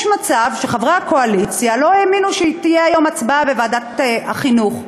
יש מצב שחברי הקואליציה לא האמינו שתהיה היום הצבעה בוועדת החינוך,